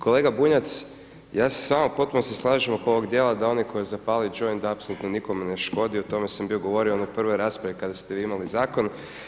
Kolega Bunjac, ja se s vama u potpunosti slažem oko ovog dijela da oni koji zapale joint da apsolutno nikome ne škodi, o tome sam bio govorio u onoj prvoj raspravu kada ste vi imali zakon.